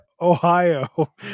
Ohio